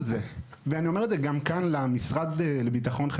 נפתחים בשנה בהליכים של הכרזת הילד כבר